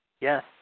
Yes